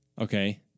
okay